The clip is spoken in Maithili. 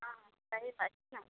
हँ हँ सही बात छै ने